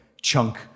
chunk